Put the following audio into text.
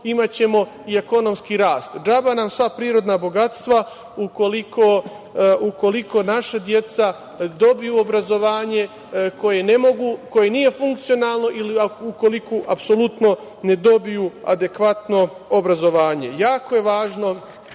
imaćemo i ekonomski rast. Džaba nam sva prirodna bogatstva ukoliko naša deca dobiju obrazovanje koje ne mogu, koji nije funkcionalno ili ukoliko apsolutno ne dobiju adekvatno obrazovanje. Jako je važno